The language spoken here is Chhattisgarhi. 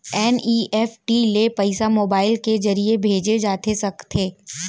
एन.ई.एफ.टी ले पइसा मोबाइल के ज़रिए भेजे जाथे सकथे?